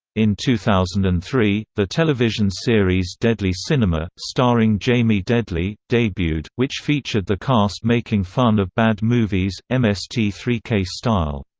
in two thousand and three, the television series deadly cinema, starring jami deadly, debuted, which featured the cast making fun of bad movies, m s t three k style.